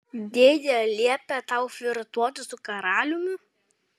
dėdė liepė tau flirtuoti su karaliumi